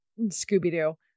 Scooby-Doo